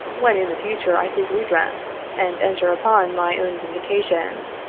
when in the future i seek redress and enter upon my own vindication.